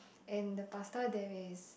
and the pasta there is